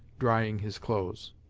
drying his clothes.